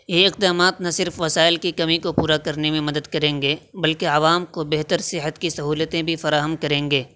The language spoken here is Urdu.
یہ اقدامات نہ صرف وسائل کی کمی کو پورا کرنے میں مدد کریں گے بلکہ عوام کو بہتر صحت کی سہولتیں بھی فراہم کریں گے